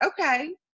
okay